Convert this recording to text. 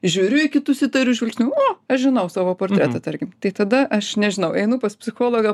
žiūriu į kitus įtariu žvilgsniu o aš žinau savo portretą tarkim tai tada aš nežinau einu pas psichologą